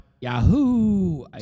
Yahoo